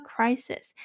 Crisis